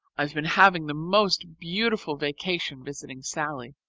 i've been having the most beautiful vacation visiting sallie.